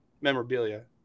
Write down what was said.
memorabilia